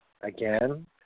Again